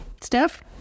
Steph